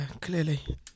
clearly